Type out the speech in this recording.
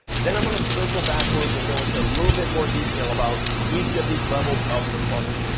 then i'm gonna circle backwards and go into a little bit more detail about each of these levels of the funnel.